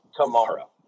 tomorrow